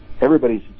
everybody's